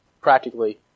practically